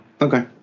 Okay